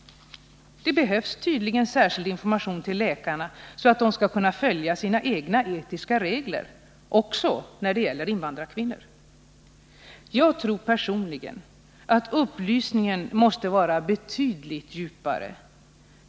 Det behövs tydligen särskild information till läkarna, så att de skall följa sina egna etiska regler också när det gäller invandrarkvinnor. Jag tror personligen att upplysningen måste vara betydligt djupare.